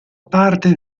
parte